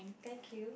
thank you